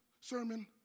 sermon